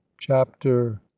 Chapter